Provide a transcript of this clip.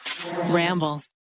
Ramble